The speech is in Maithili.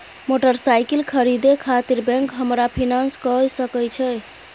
मोटरसाइकिल खरीदे खातिर बैंक हमरा फिनांस कय सके छै?